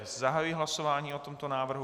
Zahajuji hlasování o tomto návrhu.